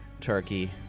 turkey